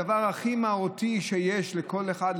הדבר הכי משמעותי שיש לכל אחד,